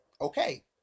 Okay